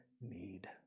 need